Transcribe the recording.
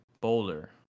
Boulder